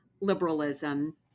liberalism